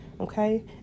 okay